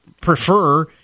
prefer